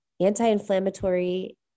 anti-inflammatory